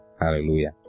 hallelujah